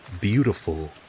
Beautiful